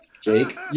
Jake